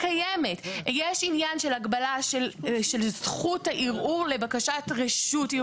קו גבול עליון הגבול העליון ביחס לוועדה